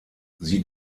sie